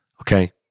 Okay